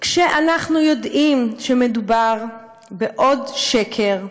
כשאנחנו יודעים שמדובר בעוד שקר,